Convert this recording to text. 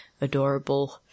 adorable